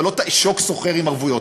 אתה לא תעשוק שוכר עם ערבויות,